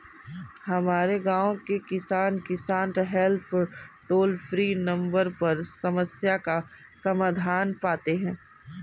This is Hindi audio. हमारे गांव के किसान, किसान हेल्प टोल फ्री नंबर पर समस्या का समाधान पाते हैं